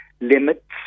limits